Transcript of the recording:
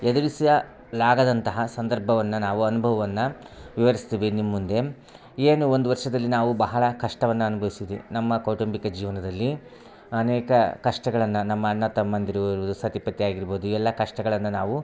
ಎದುರಿಸಲಾಗದಂತಹ ಸಂದರ್ಭವನ್ನ ನಾವು ಅನ್ಭವವನ್ನ ವಿವರ್ಸ್ತೀವಿ ನಿಮ್ಮ ಮುಂದೆ ಏನು ಒಂದು ವರ್ಷದಲ್ಲಿ ನಾವು ಬಹಳ ಕಷ್ಟವನ್ನ ಅನ್ಭವಿಸಿದ್ದೀವಿ ನಮ್ಮ ಕೌಟುಂಬಿಕ ಜೀವನದಲ್ಲಿ ಅನೇಕ ಕಷ್ಟಗಳನ್ನ ನಮ್ಮ ಅಣ್ಣ ತಮ್ಮಂದಿರು ಸತಿಪತಿ ಆಗಿರ್ಬೋದು ಇವೆಲ್ಲ ಕಷ್ಟಗಳನ್ನ ನಾವು